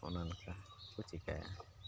ᱚᱱᱟ ᱞᱮᱠᱟ ᱟᱨᱠᱚ ᱪᱤᱠᱟᱹᱭᱟ